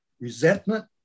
resentment